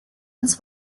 ins